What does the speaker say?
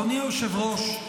אדוני היושב-ראש,